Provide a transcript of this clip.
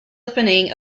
opening